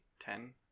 Ten